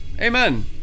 Amen